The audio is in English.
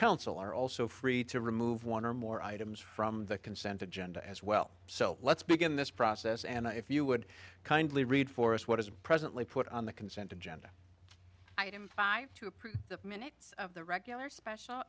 are also free to remove one or more items from the consent agenda as well so let's begin this process and if you would kindly read for us what is presently put on the consent agenda item five to approve the minutes of the regular special